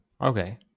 okay